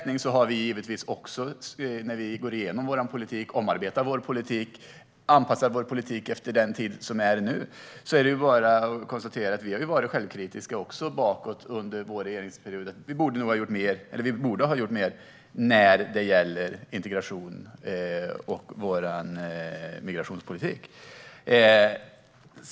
När vi i Moderaterna går igenom och omarbetar vår politik anpassar vi den givetvis efter den tid som är nu, och vi har varit självkritiska när vi tittat bakåt. Vi borde ha gjort mer under vår regeringsperiod när det gäller integration och vår migrationspolitik.